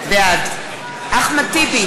בעד אחמד טיבי,